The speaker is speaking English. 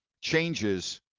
changes